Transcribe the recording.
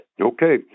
Okay